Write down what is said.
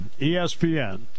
ESPN